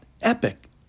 epic